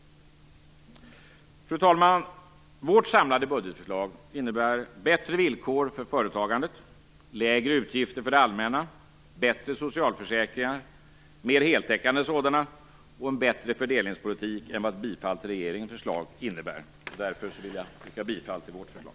Fru talman! Vårt samlade budgetförslag innebär bättre villkor för företagandet, lägre utgifter för det allmänna, bättre socialförsäkringar, mer heltäckande sådana och en bättre fördelningspolitik än vad bifall till regeringens förslag innebär. Därför vill jag yrka bifall till vårt förslag.